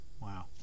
wow